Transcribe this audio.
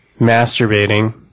masturbating